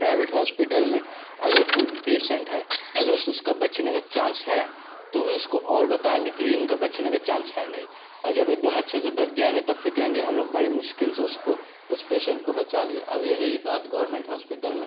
private hospital में अगर कोई भी पेशेंट है अगर उसका बचने का चांस है तो भी उसको और बताएंगे कि इनका बचने का चांस है नहीं और जब एक दम अच्छे से बच जाएंगे तो फिर कहेंगे हम लोग बड़ी मुश्किल से उसको उस पेशेंट को बचा लिए अब यही बात गोरमेंट होस्पिटल में